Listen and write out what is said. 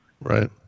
Right